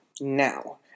Now